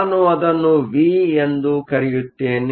ನಾನು ಅದನ್ನು ವಿ ಎಂದು ಕರೆಯುತ್ತೇನೆ